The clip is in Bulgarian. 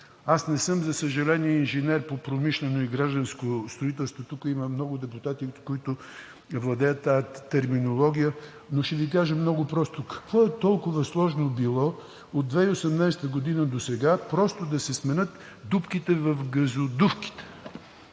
Аз, за съжаление, не съм инженер по промишлено и гражданско строителство, тук има много депутати, които владеят тази терминология, но ще Ви кажа много просто. Какво е било толкова сложно от 2018 г. досега просто да се сменят дупките в газодувките,